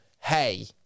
Hey